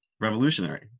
revolutionary